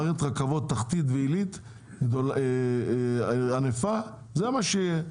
מערכת רכבות תחתית ועילית ענפה זה מה שיהיה.